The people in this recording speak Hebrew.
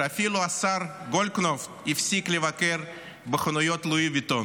שאפילו השר גולדקנופ הפסיק לבקר בחנויות לואי ויטון,